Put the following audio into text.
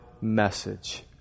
message